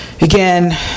again